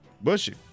Bushy